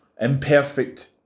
imperfect